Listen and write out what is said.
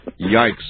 Yikes